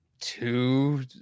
two